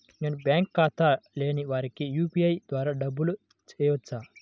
నేను బ్యాంక్ ఖాతా లేని వారికి యూ.పీ.ఐ ద్వారా డబ్బులు వేయచ్చా?